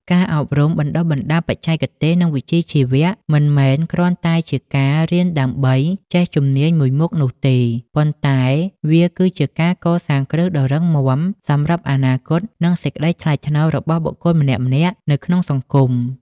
ការអប់រំបណ្ដុះបណ្ដាលបច្ចេកទេស និងវិជ្ជាជីវៈ មិនមែនគ្រាន់តែជាការរៀនដើម្បីចេះជំនាញមួយមុខនោះទេ ប៉ុន្តែវាគឺជាការកសាងគ្រឹះដ៏រឹងមាំសម្រាប់អនាគត និងសេចក្ដីថ្លៃថ្នូររបស់បុគ្គលម្នាក់ៗនៅក្នុងសង្គម។